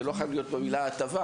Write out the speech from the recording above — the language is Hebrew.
זה לא חייב להיות מילה הטבה,